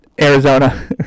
Arizona